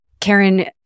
Karen